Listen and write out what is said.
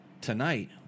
Tonight